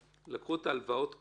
שלקחו את ההלוואות קודם,